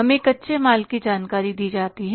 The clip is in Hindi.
हमें कच्चे माल की जानकारी दी जाती है